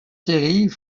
séries